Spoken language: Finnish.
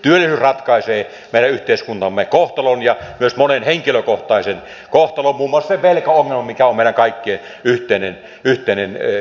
työllisyys ratkaisee meidän yhteiskuntamme kohtalon ja myös monen henkilökohtaisen kohtalon muun muassa sen velkaongelman mikä on meidän kaikkien yhteinen kysymys